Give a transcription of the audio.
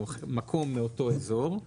או מקום מאותו אזור.